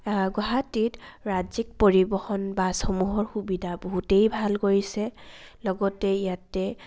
গুৱাহাটীত ৰাজ্যিক পৰিবহণ বাছসমূহৰ সুবিধা বহুতেই ভাল কৰিছে লগতে ইয়াতে